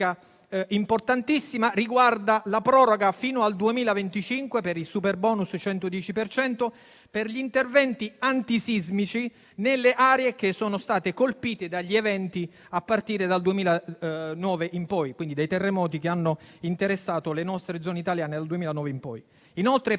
importantissima riguarda la proroga fino al 2025 del superbonus 110 per cento per gli interventi antisismici nelle aree che sono state colpite da eventi sismici a partire dal 2009 in poi (quindi i terremoti che hanno interessato le nostre Regioni italiane dal 2009 in poi). Inoltre,